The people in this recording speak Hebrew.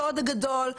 הסוד הגדול,